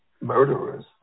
murderers